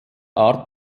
art